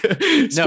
No